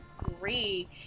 agree